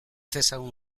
dezagun